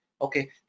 Okay